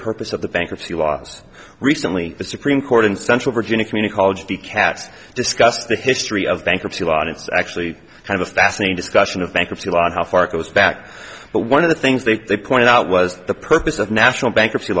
purpose of the bankruptcy laws recently the supreme court in central virginia community college the cats discuss the history of bankruptcy law and it's actually kind of fascinating discussion of bankruptcy law how far it goes back but one of the things they pointed out was the purpose of national bankruptcy